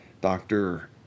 doctor